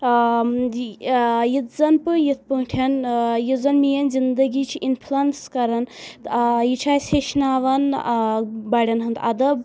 آ ییٚتھۍ زَن بہٕ یتھٕ پاٹھۍ یُس زن میٛٲنۍ زِنٛدگی چھِ اِنفُلنس کَران آ یہِ چھِ اَسہِ ہیٚچھناوان بٔڈٮ۪ن ہُنٛد اَدب